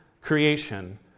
creation